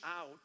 out